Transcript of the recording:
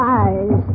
eyes